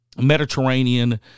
Mediterranean